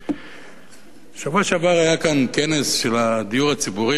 בשבוע שעבר היה כאן כנס על הדיור הציבורי,